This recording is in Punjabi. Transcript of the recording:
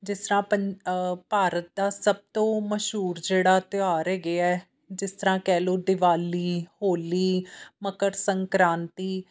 ਜਿਸ ਤਰ੍ਹਾਂ ਪੰਜ ਭਾਰਤ ਦਾ ਸਭ ਤੋਂ ਮਸ਼ਹੂਰ ਜਿਹੜਾ ਤਿਉਹਾਰ ਹੈਗੇ ਆ ਜਿਸ ਤਰ੍ਹਾਂ ਕਹਿ ਲਓ ਦਿਵਾਲੀ ਹੋਲੀ ਮਕਰ ਸੰਕ੍ਰਾਂਤੀ